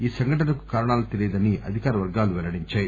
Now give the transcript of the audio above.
ఈ సంఘటన కు కారణాలు తెలియలేదని అధికార వర్గాలు పెల్లడించాయి